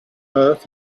earth